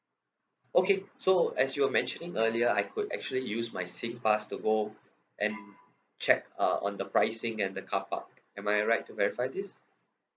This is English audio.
okay so as you were mentioning earlier I could actually use my singpass to go and check uh on the pricing and the carpark am I right to verify this